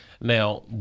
Now